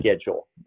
schedule